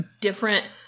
different